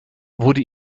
wurde